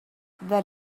that